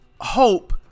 hope